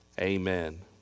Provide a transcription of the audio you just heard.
amen